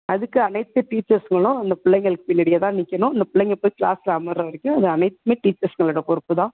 அதுக்கு அனைத்து டீச்சர்ஸ்களும் அந்த பிள்ளைகளுக்கு பின்னாடியே தான் நிற்கணும் அந்த பிள்ளைங்க போய் க்ளாஸ்சில் அமர்கிற வரைக்கும் அது அனைத்துமே டீச்சர்ஸுங்களோடய பொறுப்புதான்